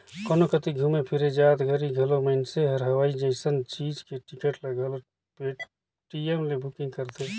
कोनो कति घुमे फिरे जात घरी घलो मइनसे हर हवाई जइसन चीच के टिकट ल घलो पटीएम ले बुकिग करथे